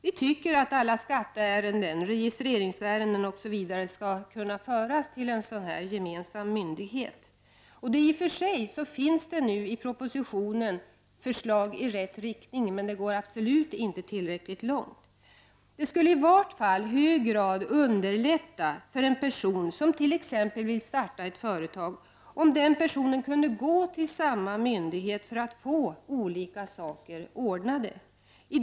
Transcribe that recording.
Vi tycker att alla skatteärenden, registreringsärenden osv. skall kunna föras till en sådan här gemensam myndighet. Det finns i propositionen förslag i rätt riktning, men de går avgjort inte tillräckligt långt. Det skulle i vart fall i hög grad underlätta för en person som t.ex. vill starta ett företag, om denna kunde vända sig till samma myndighet för att få saker och ting ordnade.